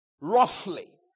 roughly